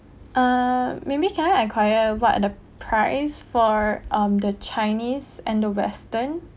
uh maybe can enquire what are the price for um the chinese and the western